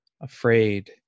afraid